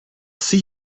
see